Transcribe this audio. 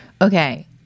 Okay